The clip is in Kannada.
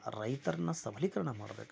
ರೈತರನ್ನು ಸಬಲೀಕರಣ ಮಾಡ್ಬೇಕು ನಾವು